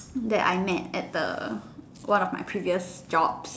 that I met at the one of my previous jobs